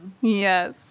Yes